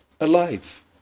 alive